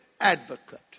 advocate